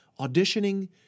auditioning